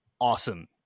awesome